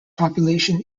population